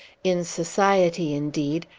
in society, indeed,